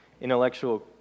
intellectual